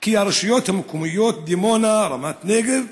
כי הרשויות המקומיות דימונה ורמת נגב,